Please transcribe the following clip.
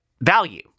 value